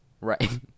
Right